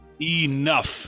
Enough